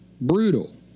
brutal